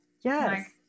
Yes